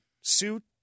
Suit